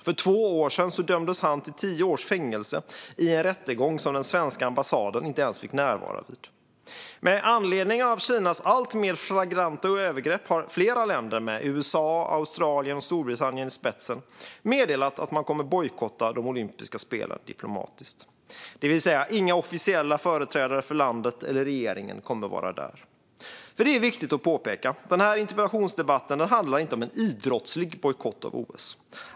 För två år sedan dömdes han till tio års fängelse i en rättegång som den svenska ambassaden inte ens fick närvara vid. Med anledning av Kinas alltmer flagranta övergrepp har flera länder, med USA, Australien och Storbritannien i spetsen, meddelat att man kommer att bojkotta de olympiska spelen diplomatiskt. Inga officiella företrädare för landet eller regeringen kommer alltså att vara där. Detta är viktigt att påpeka: Den här interpellationsdebatten handlar inte om en idrottslig bojkott av OS.